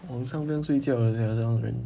晚上不用睡觉了 sia 这种人